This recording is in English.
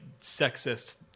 sexist